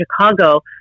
Chicago